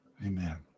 Amen